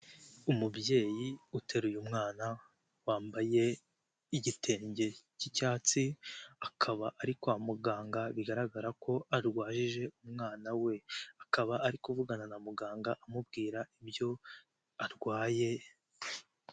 Umubyeyi uteruye umwana, wambaye igitenge cy'icyatsi ,akaba ari kwa muganga bigaragara ko arwajije umwana we ,akaba ari kuvugana na muganga amubwira ibyo arwaye.